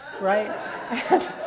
right